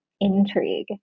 intrigue